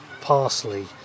parsley